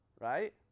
right